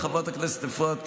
28 שבועות